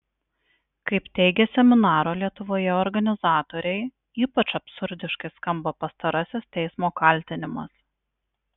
kaip teigė seminaro lietuvoje organizatoriai ypač absurdiškai skamba pastarasis teismo kaltinimas